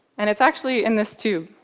and it's actually in this tube.